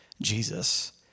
Jesus